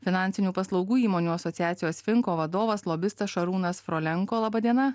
finansinių paslaugų įmonių asociacijos finko vadovas lobistas šarūnas frolenko laba diena